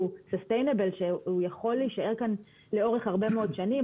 sustainable שהוא יכול להישאר כאן לאורך הרבה מאוד שנים,